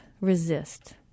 resist